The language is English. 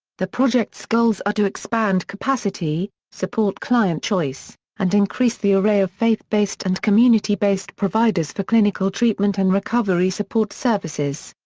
the project's goals are to expand capacity, support client choice, and increase the array of faith-based and community based providers for clinical treatment and recovery support services.